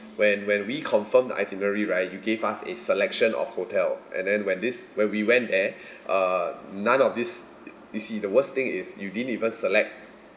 when when we confirm the itinerary right you gave us a selection of hotel and then when this when we went there uh none of these you see the worst thing is you didn't even select